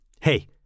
Hey